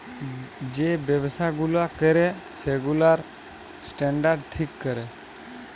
যে ব্যবসা গুলা ক্যরে সেগুলার স্ট্যান্ডার্ড ঠিক ক্যরে